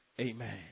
Amen